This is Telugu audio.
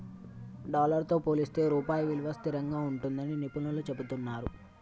డాలర్ తో పోలిస్తే రూపాయి విలువ స్థిరంగా ఉంటుందని నిపుణులు చెబుతున్నరు